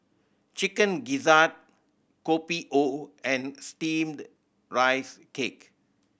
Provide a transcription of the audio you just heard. Chicken Gizzard Kopi O and Steamed Rice Cake